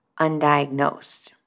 undiagnosed